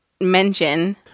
mention